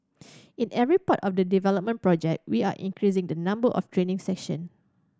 in every part of the development project we are increasing the number of training session